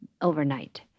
overnight